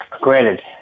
granted